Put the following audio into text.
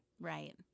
Right